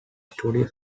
studios